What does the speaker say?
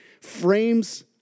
frames